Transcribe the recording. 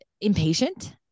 impatient